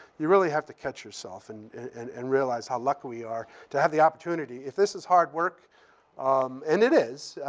you really have to catch yourself and and and realize how lucky we are to have the opportunity. if this is hard work um and it is.